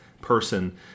person